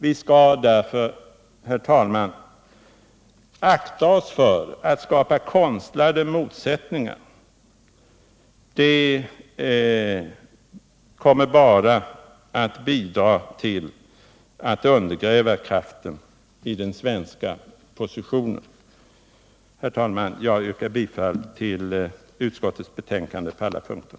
Vi skall därför, herr talman, akta oss för att skapa konstlade motsättningar — sådana kommer bara att bidra till att undergräva kraften i den svenska positionen. Herr talman! Jag yrkar bifall till utskottets hemställan i betänkandet på alla punkter.